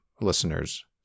listeners